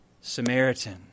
samaritan